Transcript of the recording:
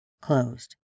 closed